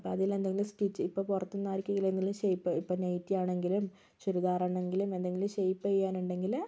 അപ്പോൾ അതിലെന്തെങ്കിലും സ്റ്റിച്ച് ഇപ്പോൾ പുറത്തു നിന്ന് ആർക്കെങ്കിലും എന്തെങ്കിലും ഷെയ്പ്പ് ഇപ്പോൾ നെറ്റിയാണെങ്കിലും ചുരിദാർ ആണെങ്കിലും എന്തെങ്കിലും ഷെയ്പ്പ് ചെയ്യാനുണ്ടെങ്കിൽ